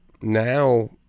Now